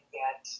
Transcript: get